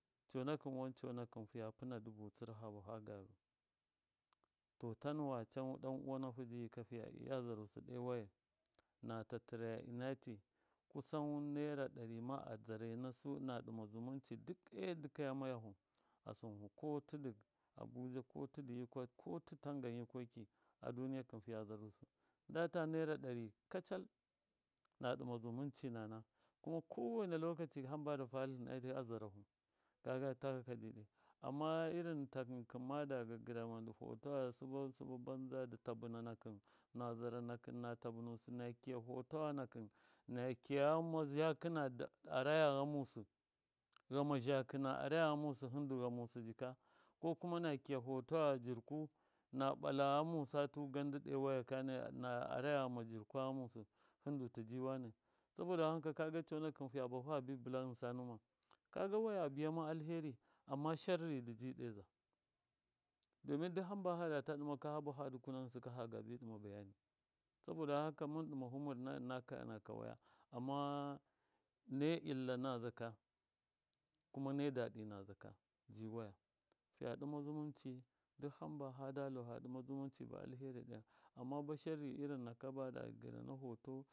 Conakhɨn wan conakɨn fɨya pɨna dubu tsɨr fa bafa garu to tanuwa can ɗan uwa nafu ji yika fiya iyaiya zarusɨ ɗo wayai na tatɨra ɨna ti kusan naira ɗarima dzare nasu na ɗima zummunci duk e dɨkaya mayahu asɨnhu ko tɨdɨ abuja ko tɨtangan yikoki a duniya kɨn fiya zarusɨ ndata naira ɗari kachal na ɗɨma zumunci nana kuma kowena lokaci hamba dɨ faratlɨn ɨna ti a zarahu kaga takaka ji daidai amma irin takɨkɨn bada gagɨra fotowa sɨbɨ sɨba ba banza dɨ tabɨna nakɨn na zara nakɨn na tabɨnsɨ na kiya foto nakɨn nakiya ghama zhakɨ na araya ghamusɨ hɨndu ghamusɨ jika ko kum na kiya fotawa jirku na ɓala ghamusa tu gand ɗo waya kani nadu tiji wane saboda wanka fiya bahu fabi bɨla ghɨnsa ndu ma? Kaga waya a biyama alheri amma shari dɨji ɗeza domin duk hamb fadata ɗɨmau ka fagabi ɗɨma bayani saboda wanka mɨn ɗɨmahu mɨrna ɨna kɨnakɨ waya amma nai illa naza ka kuma nai daɗi naza ka ji waya fiya ɗɨma zumumci duk hamba fadalu haɗɨma zummunci ba alheri amma ba hanba shari irin naka da gɨrana foto.